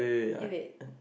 is it